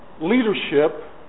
leadership